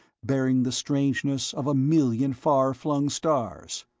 bearing the strangeness of a million far-flung stars.